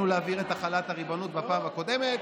להעביר את החלת הריבונות בפעם הקודמת,